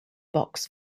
box